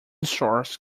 source